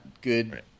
good